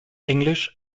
englisch